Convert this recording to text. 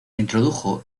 introdujo